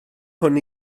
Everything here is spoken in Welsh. hwn